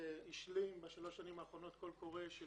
השלים בשלוש השנים האחרונות קול קורא של